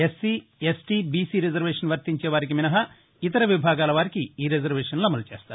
SC ST BC reservation వర్తించే వారికి మినహా ఇతర విభాగాల వారికి ఈ రిజర్వేషన్లు అమలు చేస్తారు